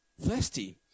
thirsty